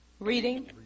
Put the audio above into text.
Reading